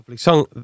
song